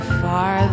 far